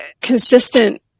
consistent